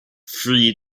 three